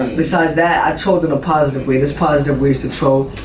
besides that, i told in a positive way there's positive ways to troll.